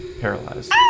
paralyzed